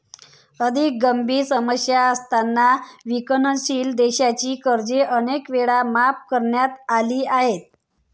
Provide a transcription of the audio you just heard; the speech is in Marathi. अधिक गंभीर समस्या असताना विकसनशील देशांची कर्जे अनेक वेळा माफ करण्यात आली आहेत